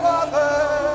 Father